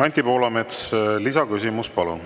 Anti Poolamets, lisaküsimus, palun!